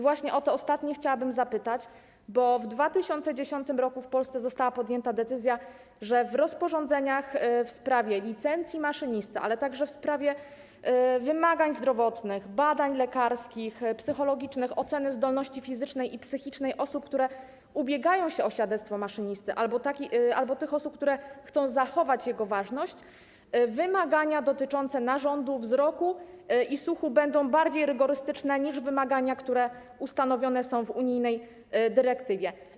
Właśnie o te ostatnie chciałabym zapytać, bo w 2010 r. w Polsce została podjęta decyzja, że w rozporządzeniach w sprawie licencji maszynisty, ale także w sprawie wymagań zdrowotnych, badań lekarskich, psychologicznych, oceny zdolności fizycznej i psychicznej osób, które ubiegają się o świadectwo maszynisty, albo osób, które chcą zachować jego ważność, wymagania dotyczące narządów wzroku i słuchu będą bardziej rygorystyczne niż wymagania, które ustanowione są w unijnej dyrektywie.